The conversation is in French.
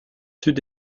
sud